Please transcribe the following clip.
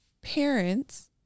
parents